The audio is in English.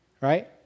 Right